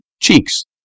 cheeks